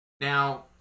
Now